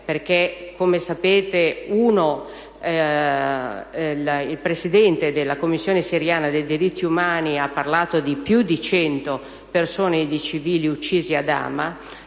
e come sapete il Presidente della commissione siriana dei diritti umani ha parlato di più di cento civili uccisi ad Hama